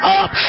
up